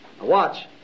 watch